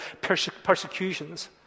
persecutions